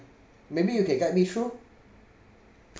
maybe you can guide me through